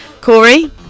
Corey